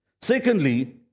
Secondly